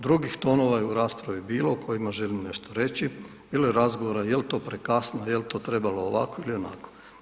Drugih tonova je u raspravi bilo o kojima želim nešto reći, bilo je razgovora jel to prekasno, jel to trebalo ovako ili onako.